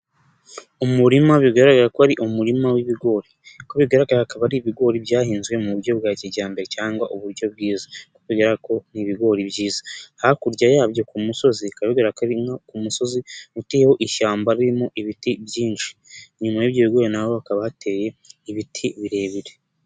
Umurima bigaragara ko ari umurima w'ibigori ko bigaragara akaba ari ibigori byahinzwe mu buryo bwa kijyambere cyangwa uburyo bwiza bigaragara ko ari ibigori byiza hakurya yabyo ku musozi bikaba bigaragara ko ari umusozi uriho ishyamba birimo ibiti byinshi inyuma y'ibyo bigori naho haakaba hateye ibiti birebire.